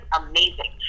amazing